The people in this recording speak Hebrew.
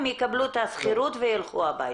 הם יקבלו את השכירות וילכו הביתה.